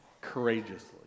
courageously